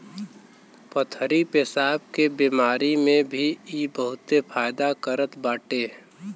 पथरी पेसाब के बेमारी में भी इ बहुते फायदा करत बाटे